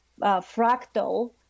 fractal